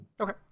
Okay